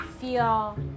feel